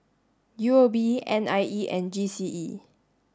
U O B N I E and G C E